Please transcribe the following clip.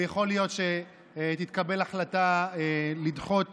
ויכול להיות שתתקבל החלטה לדחות